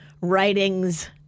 writings